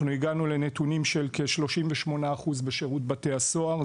אנחנו הגענו לנתונים של כ-38% בשירות בתי הסוהר.